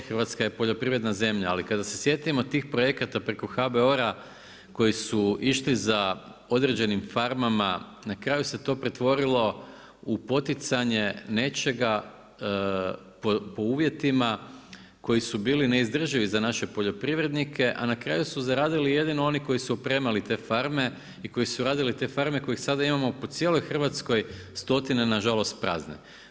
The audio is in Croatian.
Hrvatska je poljoprivredna zemlja, ali kada se sjetimo tih projekata preko HBOR-a koji su išli za određenim farmama na kraju se to pretvorilo u poticanje nečega po uvjetima koji su bili neizdrživi za naše poljoprivrednike, a na kraju su zaradili jedino oni koji su opremali te farme i koji su radili te farme, kojih sada imamo po cijeloj Hrvatskoj stotine, na žalost prazne.